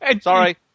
Sorry